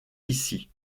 ici